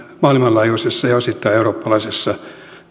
maailmanlaajuisessa ja osittain eurooppalaisessa